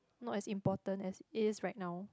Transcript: not as important as it is right now